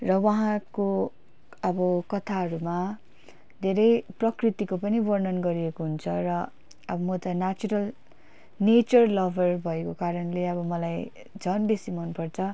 र उहाँको अब कथाहरूमा धेरै प्रकृतिको पनि वर्णन गरिएको हुन्छ र अब म त न्याचरल नेचर लबर भएको कारणले अब मलाई झन् बेसी मनपर्छ